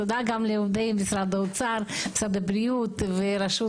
תודה גם לעובדי משרד האוצר, משרד הבריאות ורשות